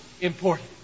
important